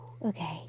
okay